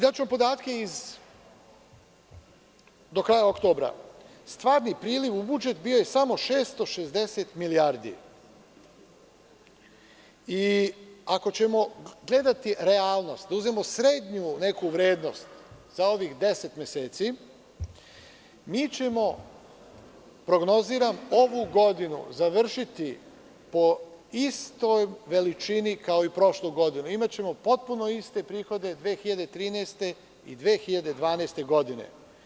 Daću vam podatke do kraja oktobra, stvarni priliv u budžet bio je samo 660 milijardi i ako ćemo gledati realnost, da uzmimo srednju neku vrednost, za ovih 10 meseci, mi ćemo ovu godinu, prognoziram, završiti, po istoj veličini kao u prošloj godini, imaćemo potpuno iste prihode 2013. godinei 2012. godine.